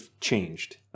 changed